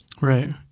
right